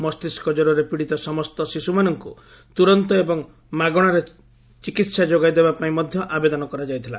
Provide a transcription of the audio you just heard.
ମସ୍ତିଷ୍କ କ୍ୱରରେ ପିଡ଼ିତ ସମସ୍ତ ଶିଶ୍ରମାନଙ୍କ ତୂରନ୍ତ ଏବଂ ମାଗଣାରେ ଚିକିତ୍ସା ଯୋଗାଇ ଦେବା ପାଇଁ ମଧ୍ୟ ଆବେଦନ କରାଯାଇଥିଲା